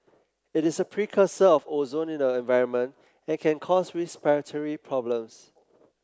it is a precursor of ozone in the environment and can cause respiratory problems